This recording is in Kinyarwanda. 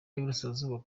y’iburasirazuba